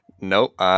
Nope